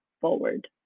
forward